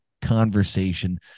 conversation